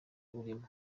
urimo